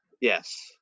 Yes